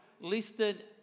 listed